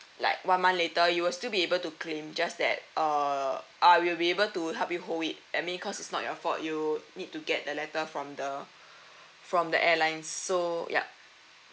like one month later you will still be able to claim just that err I will be able to help you hold it I mean cause it's not your fault you need to get the letter from the from the airlines so yup